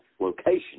location